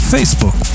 Facebook